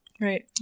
right